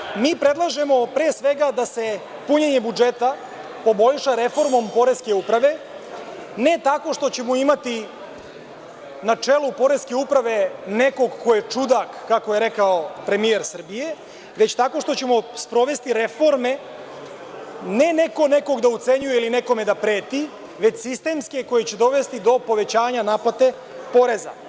Pre svega, mi predlažemo da se punjenje budžeta poboljša reformom poreske uprave, ne tako što ćemo imati na čelu poreske uprave nekog ko je čudak, kako je rekao premijer Srbije, već tako što ćemo sprovesti reforme, ne neko nekog da ucenjuje ili nekome da preti, već sistemske koje će dovesti do povećanja naplate poreza.